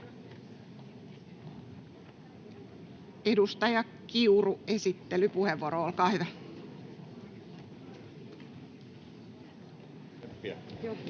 Edustaja Kiuru, esittelypuheenvuoro, olkaa hyvä. [Speech